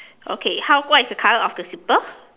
okay how what is the color of the slipper